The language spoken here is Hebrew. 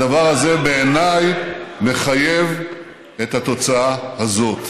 הדבר הזה בעיניי מחייב את התוצאה הזאת.